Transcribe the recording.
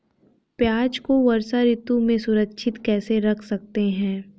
प्याज़ को वर्षा ऋतु में सुरक्षित कैसे रख सकते हैं?